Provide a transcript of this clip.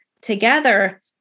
together